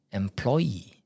employee